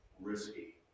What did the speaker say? risky